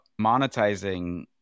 monetizing